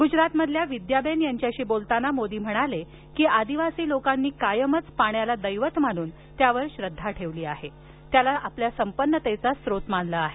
गुजरातमधील विद्याबेन यांच्याशी बोलताना मोदी म्हणाले की आदिवासी लोकांनी कायमच पाण्याला दैवत मानून त्यावर श्रद्धा ठेवली आहे आणि त्याला आपल्या संपन्नतेचा स्रोत मानलं आहे